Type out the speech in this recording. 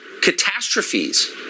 catastrophes